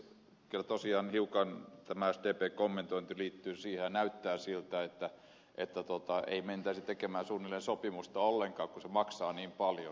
kyllä tosiaan hiukan tämä sdpn kommentointi liittyy siihen ja näyttää siltä että ei mentäisi tekemään suunnilleen sopimusta ollenkaan kun se maksaa niin paljon